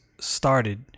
started